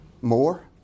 more